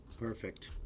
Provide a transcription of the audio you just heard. Perfect